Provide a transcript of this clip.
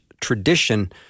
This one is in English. tradition